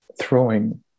throwing